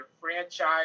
franchise